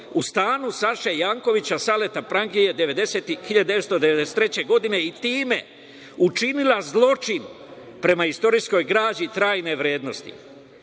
u stanu Saše Jankovića, zvanog Saleta prangije, 1993. godine i time učinila zločin prema istorijskog građi trajne vrednosti. Zato,